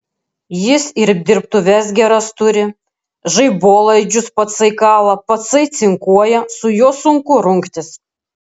jis ir dirbtuves geras turi žaibolaidžius patsai kala patsai cinkuoja su juo sunku rungtis